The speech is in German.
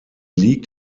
liegt